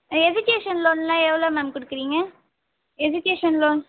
education லோனுலாம் எவ்வளோ ma'am கொடுக்குறீங்க எஜிகேஷன் லோன்